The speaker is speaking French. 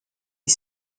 est